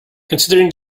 considering